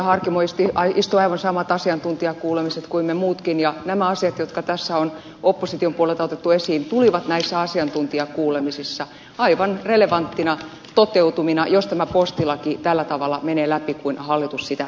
harkimo istui aivan samat asiantuntijakuulemiset kuin me muutkin ja nämä asiat jotka tässä on opposition puolelta otettu esiin tulivat näissä asiantuntijakuulemisissa aivan relevantteina toteutumina jos tämä postilaki tällä tavalla menee läpi kuin hallitus sitä esittää